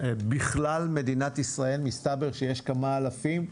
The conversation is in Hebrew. בכלל מדינת ישראל מסתבר שיש כמה אלפים.